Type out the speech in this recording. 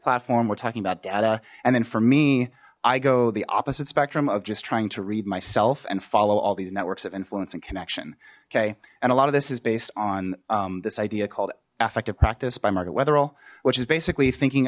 platform we're talking about data and then for me i go the opposite spectrum of just trying to read myself and follow all these networks of influence and connection okay and a lot of this is based on this idea called effective practice by margit wetherill which is basically thinking